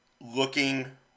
looking